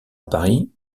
paris